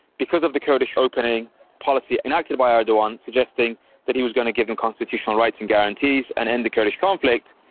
because of the kurdish opening policy enacted by erdogan suggesting that he was going to give them constitutional rights and guarantees and end the kurdish conflict,